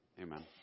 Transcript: amen